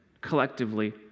collectively